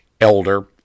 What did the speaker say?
elder